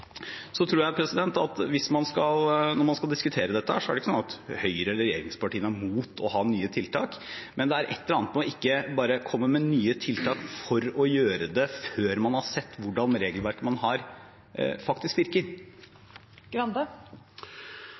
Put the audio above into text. Når man skal diskutere dette, er det ikke sånn at Høyre eller regjeringspartiene er imot å ha nye tiltak, men det er et eller annet med ikke å bare komme med nye tiltak for å gjøre det – før man har sett hvordan regelverket man har, faktisk virker.